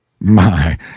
My